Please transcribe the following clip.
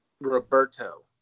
Roberto